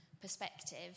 perspective